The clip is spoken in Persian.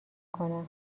کنم